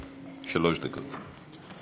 בבקשה, אדוני, שלוש דקות.